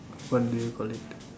what do you call it